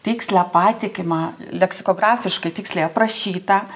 tikslią patikimą leksikografiškai tiksliai aprašytą